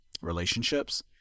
relationships